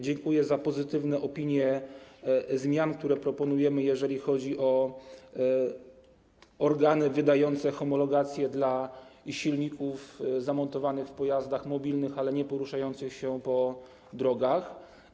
Dziękuję za pozytywne opinie dotyczące zmian, które proponujemy, jeżeli chodzi o organy wydające homologację dla silników zamontowanych w pojazdach mobilnych, ale nieporuszających się po drogach.